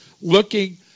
looking